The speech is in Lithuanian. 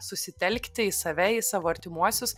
susitelkti į save į savo artimuosius